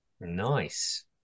Nice